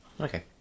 Okay